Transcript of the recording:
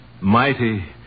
Mighty